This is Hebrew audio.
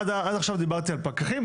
עד עכשיו דיברתי על פקחים,